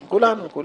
כולנו, כולנו.